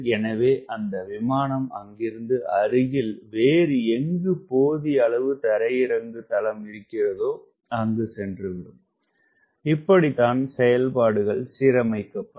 பிறகு அந்த விமானம் அங்கிருந்து அருகில் வேறு எங்கு போதிய அளவு தரையிறங்கு தளம் இருக்கிறதோ அங்கு சென்றுவிடும் இப்படிதான் செயல்பாடுகள் சீரமைக்கப்படும்